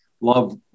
love